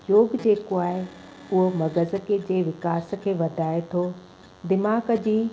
योग जेको आहे उहो मगज़ जे खे विकास खे वधाए थो दिमाग़ जी